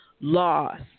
loss